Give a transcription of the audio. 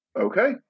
Okay